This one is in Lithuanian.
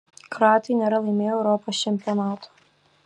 kroatai nėra laimėję europos čempionato